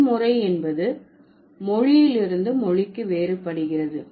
எண் முறை என்பது மொழியிலிருந்து மொழிக்கு வேறுபடுகிறது